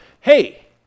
hey